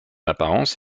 apparence